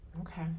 Okay